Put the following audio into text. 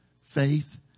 Faith